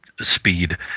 speed